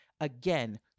Again